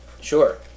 sure